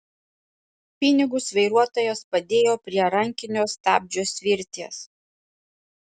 pinigus vairuotojas padėjo prie rankinio stabdžio svirties